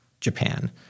Japan